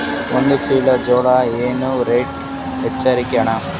ಒಂದ ಚೀಲಾ ಜೋಳಕ್ಕ ಏನ ರೇಟ್ ಹಚ್ಚತೀರಿ ಅಣ್ಣಾ?